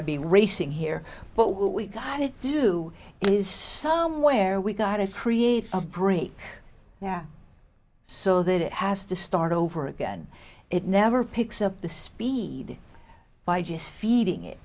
i'd be racing here but we've got to do is somewhere we've got to create a break now so that it has to start over again it never picks up the speed by just feeding it